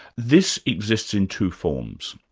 this exists in two forms.